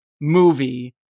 movie